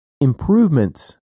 improvements